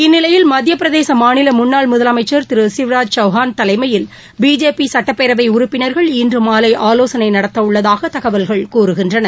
இந்நிலையில் மத்திய பிரதேச மாநில முன்னாள் முதலமைச்சள் திரு சிவராஜ் சௌஹான் தலைமையில் பிஜேபி சட்டப்பேரவை உறுப்பினர்கள் இன்று மாலை ஆலோசனை நடத்த உள்ளதாக தகவல்கள் கூறுகின்றன